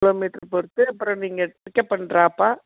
kilo metre பொருத்து அப்புறம் நீங்கள் பிக்கப் அண்ட் ட்ராப்பா